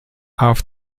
auf